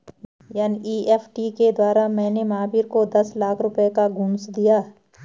NEFT के द्वारा मैंने महावीर को दस लाख रुपए का घूंस दिया